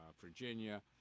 Virginia